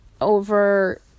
over